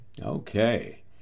Okay